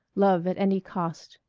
love at any cost.